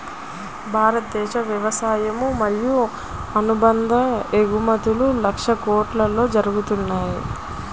భారతదేశ వ్యవసాయ మరియు అనుబంధ ఎగుమతులు లక్షల కొట్లలో జరుగుతుంది